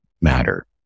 matter